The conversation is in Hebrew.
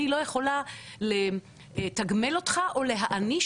אני לא יכולה לתגמל אותך או להעניש